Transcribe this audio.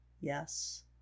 Yes